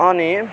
अनि